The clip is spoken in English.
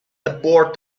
aboard